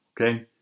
okay